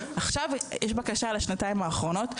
עכשיו יש בקשה על השנתיים האחרונות,